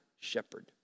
shepherd